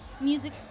music